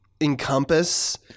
Encompass